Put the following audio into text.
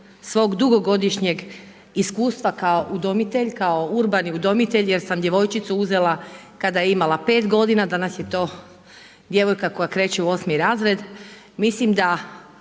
svog dugogodišnjeg iskustva kao udomitelj, kao urbani udomitelj, jer sam djevojčicu uzela kada je imala 5 g. danas je to djevojka koja kreće u 8 razred. Mislim da